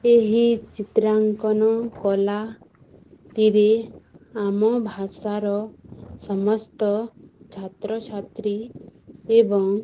ଏହି ଚିତ୍ରାଙ୍କନ କଳାଟିରେ ଆମ ଭାଷାର ସମସ୍ତ ଛାତ୍ରଛାତ୍ରୀ ଏବଂ